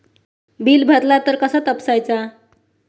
Bill भरला तर कसा तपसायचा?